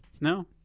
no